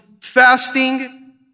fasting